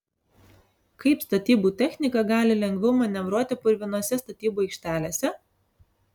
kaip statybų technika gali lengviau manevruoti purvinose statybų aikštelėse